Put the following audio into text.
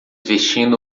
vestindo